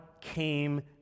came